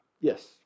Yes